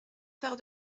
faire